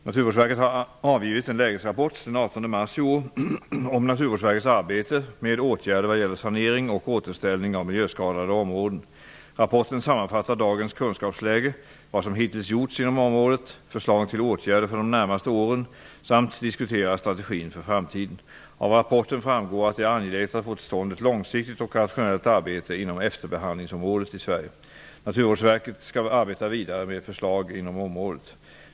Naturvårdsverket har avgivit en lägesrapport den 18 mars i år om Naturvårdsverkets arbete med åtgärder vad gäller sanering och återställning av miljöskadade områden. Rapporten sammanfattar dagens kunskapsläge, vad som hittills gjorts inom området och förslag till åtgärder för de närmaste åren samt diskuterar strategin för framtiden. Av rapporten framgår att det är angeläget att få till stånd ett långsiktigt och rationellt arbete inom efterbehandlingsområdet i Sverige. Naturvårdsverket skall arbeta vidare med förslag inom området.